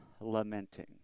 lamenting